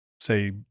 say